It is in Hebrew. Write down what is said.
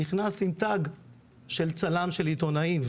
נכנס עם תג של צלם של עיתונאים,